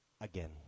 Again